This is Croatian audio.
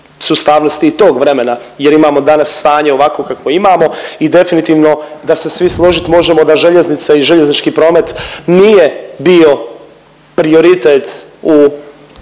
sustavnosti i tog vremena jer imamo danas stanje ovakvo kakvo imamo i definitivno da se svi složit možemo da željeznice i željeznički promet nije bio prioritet u